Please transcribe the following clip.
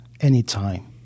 anytime